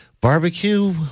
barbecue